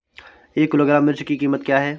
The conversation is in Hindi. एक किलोग्राम मिर्च की कीमत क्या है?